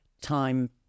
time